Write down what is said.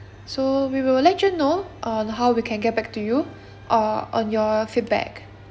so we will let you know on how we can get back to you err on your feedback